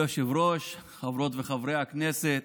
כבוד היושב-ראש, חברות וחברי הכנסת,